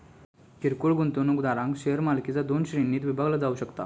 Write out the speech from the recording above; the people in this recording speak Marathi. किरकोळ गुंतवणूकदारांक शेअर मालकीचा दोन श्रेणींत विभागला जाऊ शकता